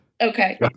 okay